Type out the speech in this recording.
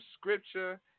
scripture